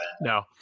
No